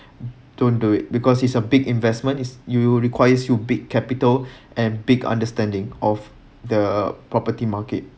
don't do it because it's a big investment is you requires you big capital and big understanding of the property market